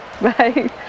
Bye